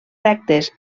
rectes